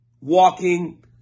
walking